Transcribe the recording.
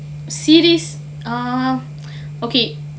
series ah okay